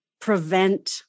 prevent